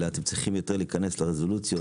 אלא אתם צריכים יותר להיכנס לרזולוציות,